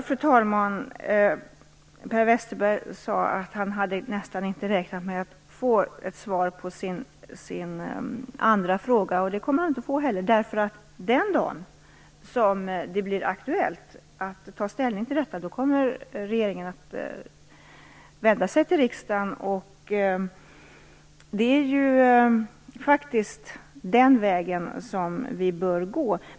Fru talman! Per Westerberg sade att han nästan inte hade räknat med att få ett svar på sin andra fråga, och det kommer han inte heller att få. Den dag det blir aktuellt att ta ställning till detta kommer regeringen att vända sig till riksdagen. Det är faktiskt den vägen som vi bör gå.